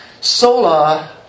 Sola